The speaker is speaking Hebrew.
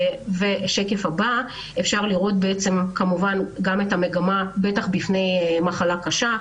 כאן אפשר לראות גם את המגמה, בטח בפני מחלה קשה.